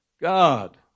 God